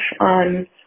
on